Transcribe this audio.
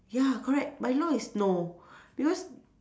ya correct my law is no because